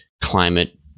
climate